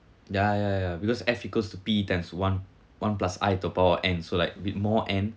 ya ya ya ya ya because to be times one one plus about and so like with more and